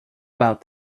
about